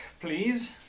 please